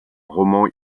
roman